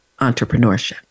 entrepreneurship